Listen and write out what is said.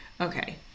okay